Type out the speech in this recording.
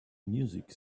music